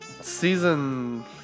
Season